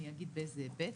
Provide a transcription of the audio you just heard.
אני אגיד באיזה היבט.